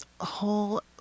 whole